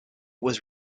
was